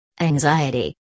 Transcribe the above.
anxiety